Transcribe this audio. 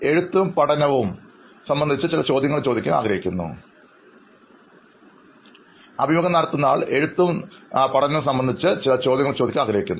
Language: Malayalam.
എഴുത്തും പഠനവും സംബന്ധിച്ച് കുറച്ച് ചോദ്യങ്ങൾ മാത്രം എത്ര തവണ നിങ്ങൾ എഴുതുന്നു എന്ന് കരുതുന്നു